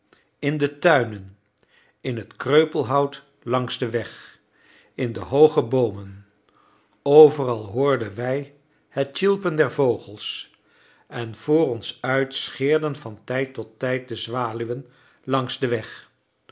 in de tuinen in het kreupelhout langs den weg in de hooge boomen overal hoorden wij het tjilpen der vogels en voor ons uit scheerden van tijd tot tijd de zwaluwen langs den weg